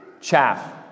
Chaff